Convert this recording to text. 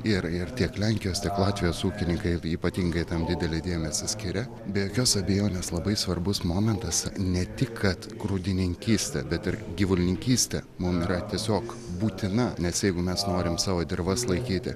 ir ir tiek lenkijos tiek latvijos ūkininkai ypatingai tam didelį dėmesį skiria be jokios abejonės labai svarbus momentas ne tik kad grudininkystė bet ir gyvulininkystė mums yra tiesiog būtina nes jeigu mes norim savo dirvas laikyti